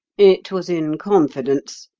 it was in confidence,